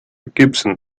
gibson